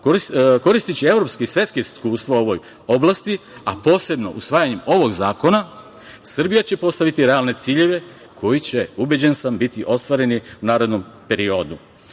koristeći evropska i svetska iskustva u ovoj oblasti, a posebno usvajanjem ovog zakona, Srbija će postaviti realne ciljeve koji će, ubeđen sam biti ostvareni u narednom